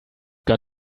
got